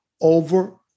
over